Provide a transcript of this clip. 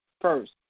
first